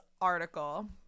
article